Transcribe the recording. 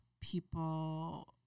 people